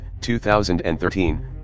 2013